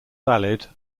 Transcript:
valid